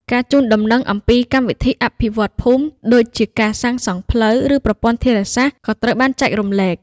ការជូនដំណឹងអំពី កម្មវិធីអភិវឌ្ឍន៍ភូមិ ដូចជាការសាងសង់ផ្លូវ ឬប្រព័ន្ធធារាសាស្រ្តក៏ត្រូវបានចែករំលែក។